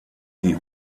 die